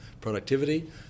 productivity